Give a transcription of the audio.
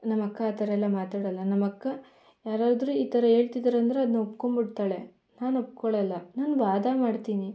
ನಮ್ಮಕ್ಕ ಆ ಥರ ಎಲ್ಲ ಮಾತಾಡೋಲ್ಲ ನಮ್ಮಕ್ಕ ಯಾರಾದ್ರೂ ಈ ಥರ ಹೇಳ್ತಿದ್ದಾರೆಂದ್ರೆ ಅದನ್ನ ಒಪ್ಕೊಂಡ್ಬಿಡ್ತಾಳೆ ನಾನು ಒಪ್ಕೊಳೋಲ್ಲ ನಾನು ವಾದ ಮಾಡ್ತೀನಿ